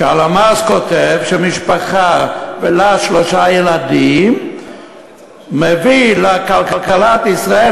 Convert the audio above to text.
שהלמ"ס כותב שמשפחה שלה שלושה ילדים מביאה לכלכלת ישראל,